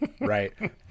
right